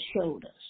shoulders